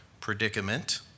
predicament